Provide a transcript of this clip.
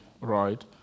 right